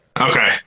Okay